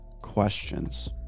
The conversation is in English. questions